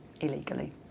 illegally